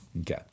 Okay